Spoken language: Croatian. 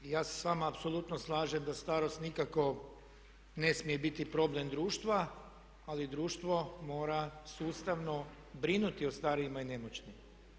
I ja se s vama apsolutno slažem da starost nikako ne smije biti problem društva ali društvo mora sustavno brinuti o starijima i nemoćnima.